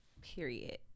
Period